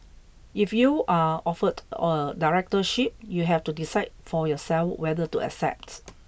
if you are offered a directorship you have to decide for yourself whether to accept